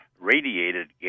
radiated